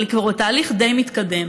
אבל היא כבר בתהליך די מתקדם.